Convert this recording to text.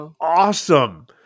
awesome